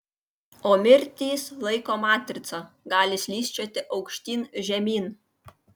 o mirtys laiko matrica gali slysčioti aukštyn žemyn